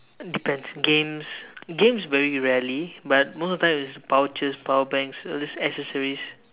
depends games games very rarely but most of the time is pouches power banks all these accessories